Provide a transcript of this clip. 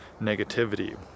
negativity